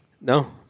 No